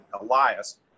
Elias